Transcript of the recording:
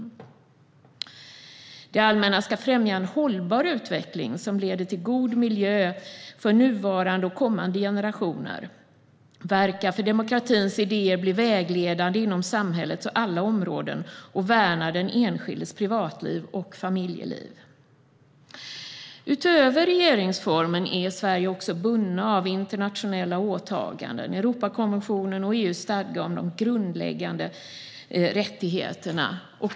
Vi kan vidare läsa att det allmänna ska främja en hållbar utveckling som leder till en god miljö för nuvarande och kommande generationer och att det allmänna ska verka för att demokratins idéer blir vägledande inom samhällets alla områden samt värna den enskildes privatliv och familjeliv. Utöver regeringsformen är Sverige också bundet av internationella åtaganden, Europakonventionen och EU:s stadgar om de grundläggande rättigheterna.